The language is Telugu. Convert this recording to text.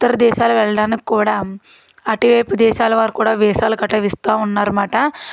ఇతర దేశాలు వెళ్ళడానికి కూడా ఆ వైపు దేశాల వారు కూడా వీసాలు గట్రా ఇస్తూ ఉన్నారన్నమాట